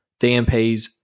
DMPs